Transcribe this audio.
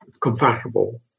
compatible